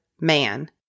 man